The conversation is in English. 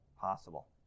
possible